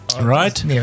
right